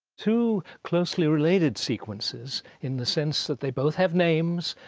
two closely related sequences, in the sense that they both have names,